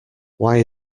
why